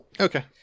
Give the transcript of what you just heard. Okay